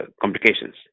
complications